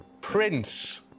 Prince